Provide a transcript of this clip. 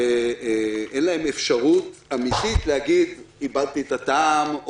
אין להם אפשרות אמיתית להגיד: איבדתי את הטעם,